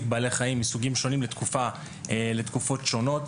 בעלי חיים מסוגים שונים לתקופות שונות.